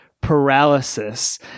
paralysis